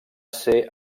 ser